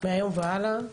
מהיום והלאה,